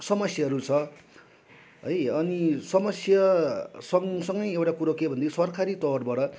समस्याहरू छ है अनि समस्या सँगसँगै एउटा कुरो के भन्दा यो सरकारी तौरबाट